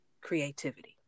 creativity